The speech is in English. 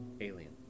alien